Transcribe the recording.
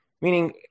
meaning